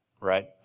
right